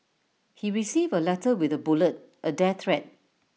he received A letter with A bullet A death threat